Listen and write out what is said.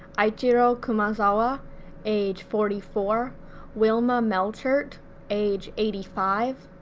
eiichiro kumazawa age forty four wilma melchert age eighty five,